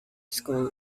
school